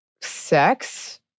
sex